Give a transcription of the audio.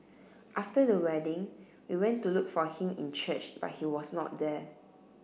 after the wedding we went to look for him in church but he was not there